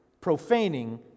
profaning